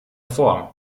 form